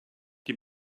die